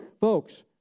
Folks